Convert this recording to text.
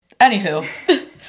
Anywho